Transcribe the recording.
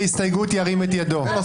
לאחר המילה "בכנסת" בסעיף 8 יבוא "ובתנאי